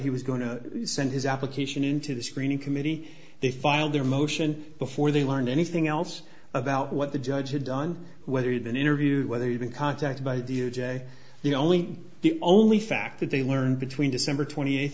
he was going to send his application into the screening committee they filed their motion before they learned anything else about what the judge had done whether you've been interviewed whether you've been contacted by d o j the only the only fact that they learned between december twenty eighth